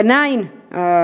näin